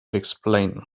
explain